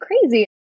crazy